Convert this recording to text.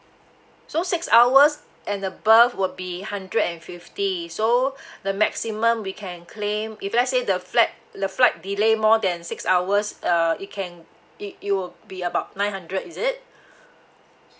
so six hours and above will be hundred and fifty so the maximum we can claim if let's say the flat the flight delay more than six hours uh it can it it will be about nine hundred is it